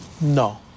No